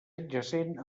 adjacent